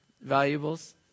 valuables